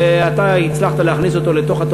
ואתה הצלחת להכניס אותו לתוך התוכנית.